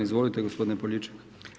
Izvolite gospodine Poljičak.